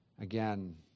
again